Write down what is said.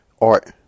art